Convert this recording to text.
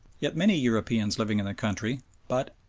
yet many europeans living in the country but,